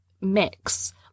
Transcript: mix